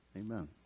Amen